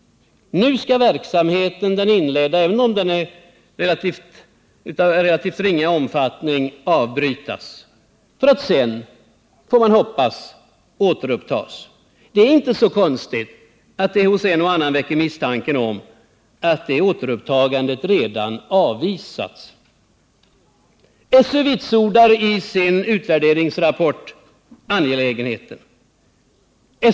Nu skall den inledda verksamheten, även om den är av relativt ringa omfattning, avbrytas för att sedan — får man hoppas - återupptas. Det är inte så konstigt att det hos en och annan väcker misstanken om att återupptagandet redan avvisats. SÖ vitsordar i sin utvärderingsrapport angelägenheten.